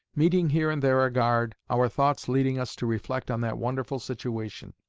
meeting here and there a guard, our thoughts leading us to reflect on that wonderful situation.